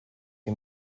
que